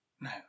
No